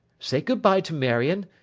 say good bye to marion.